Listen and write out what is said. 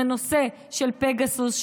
בנושא של פגסוס,